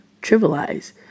trivialize